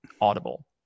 Audible